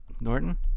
Norton